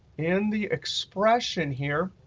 in the expression here,